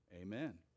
Amen